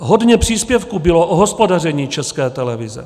Hodně příspěvků bylo o hospodaření České televize.